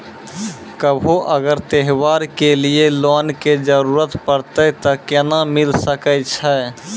कभो अगर त्योहार के लिए लोन के जरूरत परतै तऽ केना मिल सकै छै?